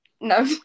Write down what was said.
No